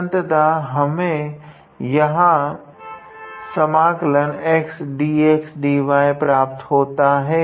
तो अंततः हमें यहाँ प्राप्त होता है